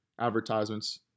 advertisements